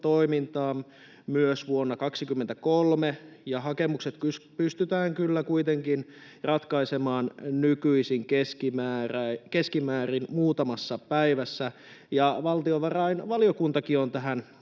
toimintaan myös vuonna 23, ja hakemukset pystytään kyllä kuitenkin ratkaisemaan nykyisin keskimäärin muutamassa päivässä. Valtiovarainvaliokuntakin on tähän